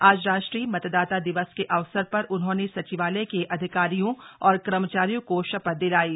आज राष्ट्रीय मतदाता दिवस के अवसर पर उन्होंनेसचिवालय के अधिकारियों और कर्मचारियों को शपथ दिलायी